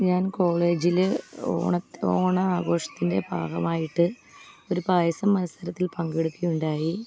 ഞാൻ കോളേജിൽ ഓണത് ഓണാഘോഷത്തിൻ്റെ ഭാഗമായിട്ട് ഒരു പായസ മത്സരത്തിൽ പങ്കെടുക്കുകയുണ്ടായി